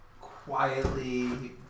quietly